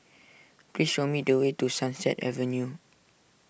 please show me the way to Sunset Avenue